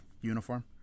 Uniform